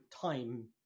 time